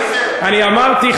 אני אמרתי,